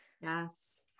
Yes